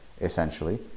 essentially